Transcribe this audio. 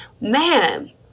man